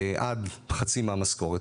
עד חצי מהמשכורת,